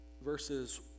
Verses